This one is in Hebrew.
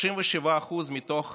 37% מתוך